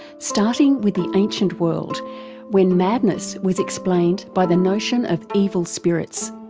starting with the ancient world when madness was explained by the notion of evil spirits.